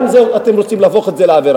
גם את זה אתם רוצים להפוך לעבירה.